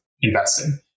investing